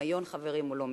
והדמיון, חברים, הוא לא מקרי.